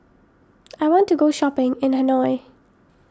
I want to go shopping in Hanoi